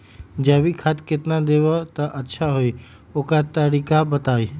जैविक खाद केतना देब त अच्छा होइ ओकर तरीका बताई?